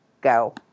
go